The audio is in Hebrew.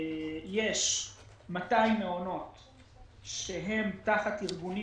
יש 200 מעונות שהם תחת ארגונים